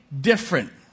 different